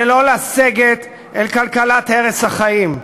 ולא לסגת אל כלכלת הרס החיים.